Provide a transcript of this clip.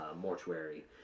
mortuary